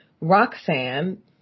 Roxanne